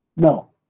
No